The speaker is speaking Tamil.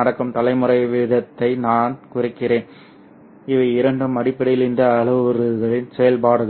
நடக்கும் தலைமுறை வீதத்தை நான் குறிக்கிறேன் இவை இரண்டும் அடிப்படையில் இந்த அளவுருக்களின் செயல்பாடுகள்